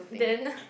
then